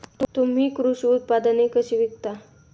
तुम्ही कृषी उत्पादने कशी विकता?